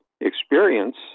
experience